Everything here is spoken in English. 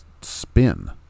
spin